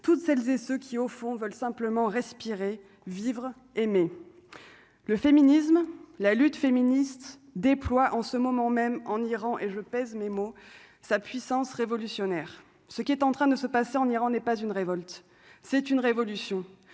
toutes celles et ceux qui, au fond, veulent simplement respirer vivre, aimer le féminisme, la lutte féministe déploie en ce moment même en Iran et je pèse mes mots, sa puissance révolutionnaire, ce qui est en train de se passer en Iran n'est pas une révolte, c'est une révolution,